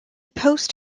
post